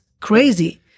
crazy